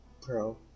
Bro